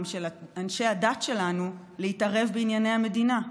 של אנשי הדת שלנו להתערב בענייני המדינה.